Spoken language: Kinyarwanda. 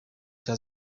cya